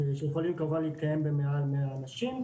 שיכולות להתקיים במעל 100 אנשים,